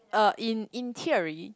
uh in in in theory